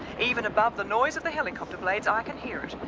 even above the noise of the helicopter blades i can hear it, but